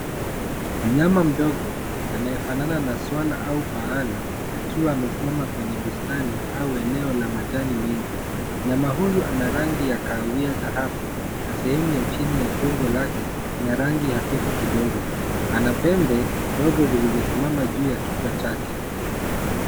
Mnyama mdogo anayefanana na swara au paala akiwa amesimama kwenye bustani au eneo la majani mengi. Mnyama huyu ana rangi ya kahawia dhahabu na sehemu ya chini ya tumbo lake ina rangi hafifu kidogo. Ana pembe ndogo zilizosimama juu ya kichwa chake.